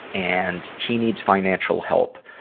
and he needs financial help,